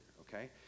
okay